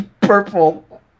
purple